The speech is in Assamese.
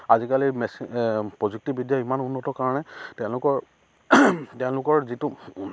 আজিকালি মেচিন প্ৰযুক্তিবিদ্যা ইমান উন্নত কাৰণে তেওঁলোকৰ তেওঁলোকৰ যিটো